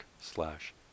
slash